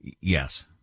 Yes